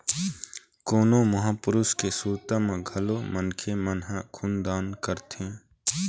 कोनो महापुरुष के सुरता म घलोक मनखे मन ह खून दान करथे